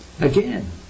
Again